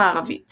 הנצרות המערבית